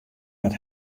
net